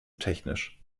technisch